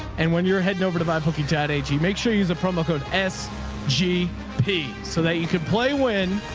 and when you're heading over to buy bookie, dad, h he makes sure use a promo code s g p so that you can play win.